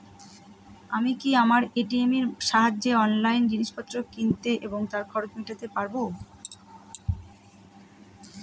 আমি কি আমার এ.টি.এম এর সাহায্যে অনলাইন জিনিসপত্র কিনতে এবং তার খরচ মেটাতে পারব?